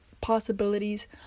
possibilities